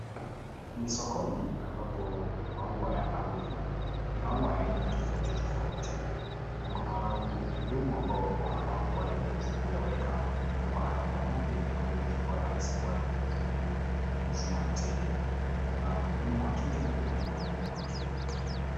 Ni sokoni ambapo maua yanauzwa. Ni maua ya aina tofauti tofauti na kuna wahudumu ambao wapo hapa kwa ajili ya kuweza kuyaweka maua haya pamoja hivi kwamba iwe rahisi kwa ajili ya kuweza kumuuzia mteja. Kuna mhudumu wa kike na pia kuna mhudumu wa kiume.